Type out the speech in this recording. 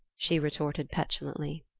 she retorted petulantly.